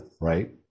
right